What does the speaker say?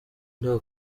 nta